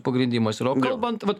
pagrindimas kalbant vat